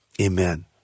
Amen